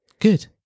good